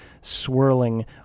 swirling